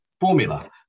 formula